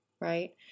right